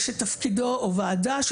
או ועדה,